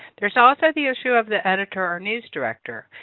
there's also the issue of the editor or news director.